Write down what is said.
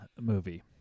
movie